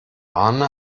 arne